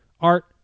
Art